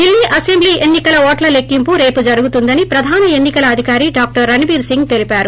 Delhi assembly ఎన్ని కల ఓట్ల లెక్కింపు రేపు జరుగుతుందని ప్రధాన ఎన్ని కల అధికారి డాక్టర్ రణబీర్ సింగ్ తెలిపారు